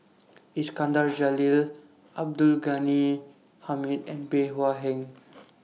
Iskandar Jalil Abdul Ghani Hamid and Bey Hua Heng